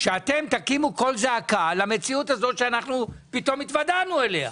שתקימו קול זעקה בנוגע למציאות הזאת שהתוודענו אליה,